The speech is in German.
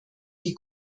die